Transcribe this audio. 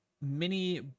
mini